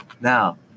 Now